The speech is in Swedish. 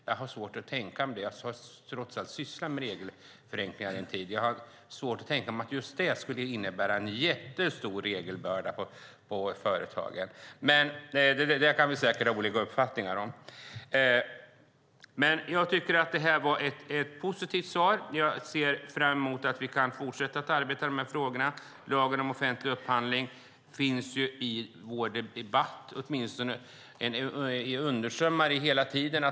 Jag har svårt att tänka mig det. Jag har trots allt sysslat med regelförenklingar en tid, och jag har svårt att tänka mig att just det skulle innebära en jättestor regelbörda på företagen. Men det kan vi säkert ha olika uppfattningar om. Jag tycker att det här var ett positivt svar, och jag ser fram emot att vi kan fortsätta att arbeta med de här frågorna. Lagen om offentlig upphandling finns i vår debatt som en underström hela tiden.